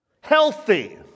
healthy